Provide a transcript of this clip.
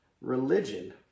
Religion